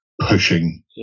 Pushing